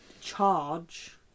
charge